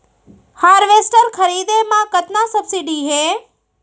Harvester खरीदे म कतना सब्सिडी हे?